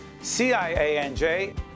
CIANJ